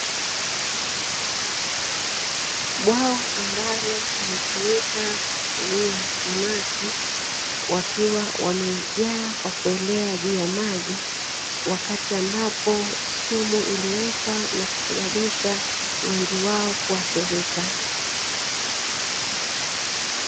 Bwawa ambalo linatumika kufugia samaki wakiwa wamejaa kwa kuelea juu ya maji, wakati ambapo sumu iliwekwa na kusababisha wengi wao kuathirika.